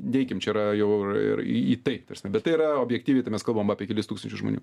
neikim čia yra jau ir į tai ta prasme bet tai yra objektyviai tai mes kalbam apie kelis tūkstančius žmonių